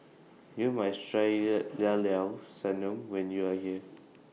YOU must Try The Llao Llao Sanum when YOU Are here